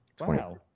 Wow